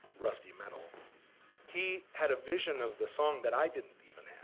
rusty metal he had a vision of the song that i didn't even